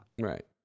Right